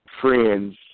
friends